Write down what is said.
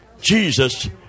Jesus